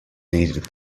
needed